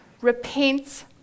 repent